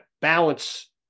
balance